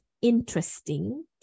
interesting